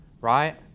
right